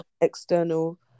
external